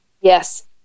Yes